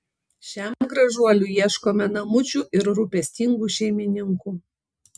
šiam gražuoliui ieškome namučių ir rūpestingų šeimininkų